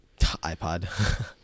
ipod